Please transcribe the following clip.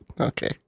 Okay